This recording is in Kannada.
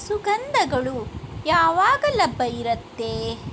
ಸುಗಂಧಗಳು ಯಾವಾಗಲಪ್ಪ ಇರುತ್ತೆ